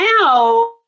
now